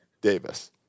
Davis